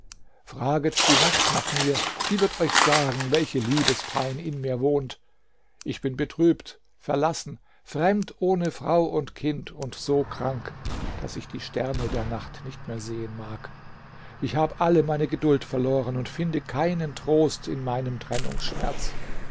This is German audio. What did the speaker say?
fraget die nacht nach mir sie wird euch sagen welche liebespein in mir wohnt ich bin betrübt verlassen fremd ohne frau und kind und so krank daß ich die sterne der nacht nicht mehr sehen mag ich habe alle meine geduld verloren und finde keinen trost in meinem trennungsschmerz